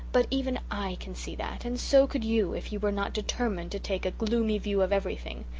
but even i can see that, and so could you if you were not determined to take a gloomy view of everything.